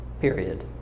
period